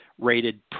rated